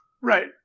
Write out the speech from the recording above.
Right